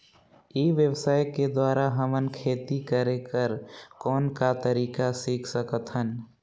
ई व्यवसाय के द्वारा हमन खेती करे कर कौन का तरीका सीख सकत हन?